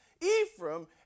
Ephraim